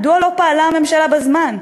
מדוע לא פעלה הממשלה בזמן?